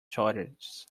shortages